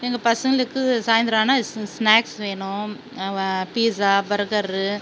எங்கள் பசங்களுக்கு சாய்ந்தரம் ஆனால் ஸ் ஸ்நாக்ஸ் வேணும் வ பீசா பர்கரு